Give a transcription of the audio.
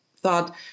thought